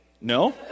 no